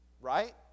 Right